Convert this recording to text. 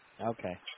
Okay